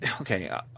okay